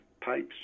pipes